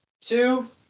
two